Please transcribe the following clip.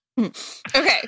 Okay